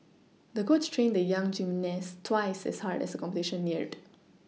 the coach trained the young gymnast twice as hard as the competition neared